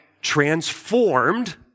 Transformed